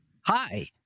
hi